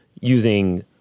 using